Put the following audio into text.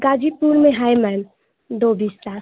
गाज़ीपुर में है मैम दो बिस्सा